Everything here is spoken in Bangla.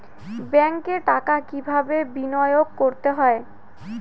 ব্যাংকে টাকা কিভাবে বিনোয়োগ করতে হয়?